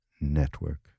Network